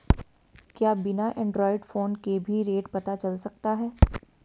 क्या बिना Android phone के भी रेट पता चल सकता है?